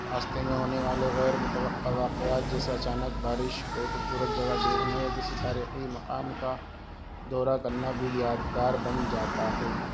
راستے میں ہونے والے غیر متوقع واقعت جیسے اچانک بارش کوئی خوبصورت جگہ دیکھنے کسی تاریخی مقام کا دورہ کرنا بھی یادگار بن جاتا ہے